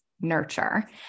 nurture